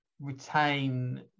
retain